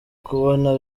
kubona